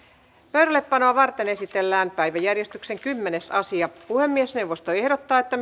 pöydällepanoa varten esitellään päiväjärjestyksen kymmenes asia puhemiesneuvosto ehdottaa että